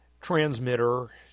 transmitter